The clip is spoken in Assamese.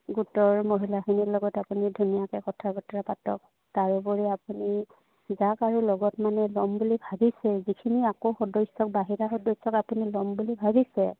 গোটৰ মহিলাখিনিৰ লগত আপুনি ধুনীয়াকে কথা বতৰা পাতক তাৰোপৰি আপুনি যাক আৰু লগত মানে ল'ম বুলি ভাবিছে যিখিনি আকৌ সদস্যক বাহিৰা সদস্যক আপুনি ল'ম বুলি ভাবিছে